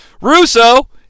Russo